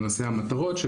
למעשה המטרות,